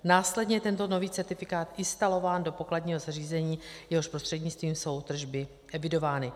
, následně tento nový certifikát je instalován do pokladního zařízení, jehož prostřednictvím jsou tržby evidovány.